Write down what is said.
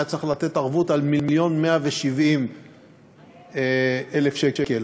והיה צריך לתת ערבות על מיליון ו-170,000 שקל.